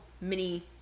mini-